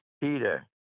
Peter